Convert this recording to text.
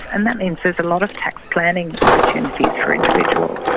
and that means there's a lot of tax planning opportunities for individuals.